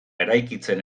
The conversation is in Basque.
eraikitzen